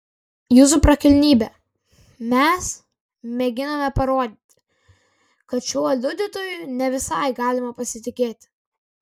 jūsų prakilnybe mes mėginame parodyti kad šiuo liudytoju ne visai galima pasitikėti